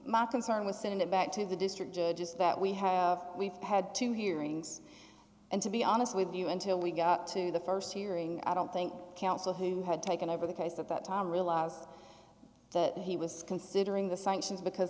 my concern was send it back to the district judges that we have we've had two hearings and to be honest with you until we got to the st hearing i don't think counsel who had taken over the case of that time realize that he was considering the sanctions because